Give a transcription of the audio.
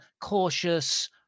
cautious